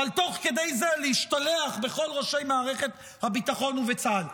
אבל תוך כדי זה להשתלח בכל ראשי מערכת הביטחון וצה"ל.